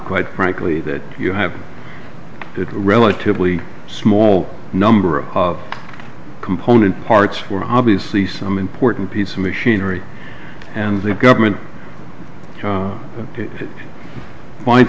quite frankly that you have it relatively small number of component parts were obviously some important piece of machinery and the government